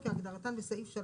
3א."